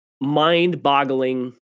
mind-boggling